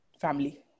Family